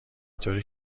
طوری